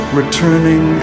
returning